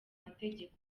mategeko